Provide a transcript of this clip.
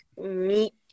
meet